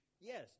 yes